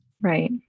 right